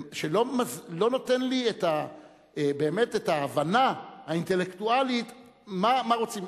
שלא נותן לי באמת את ההבנה האינטלקטואלית מה רוצים.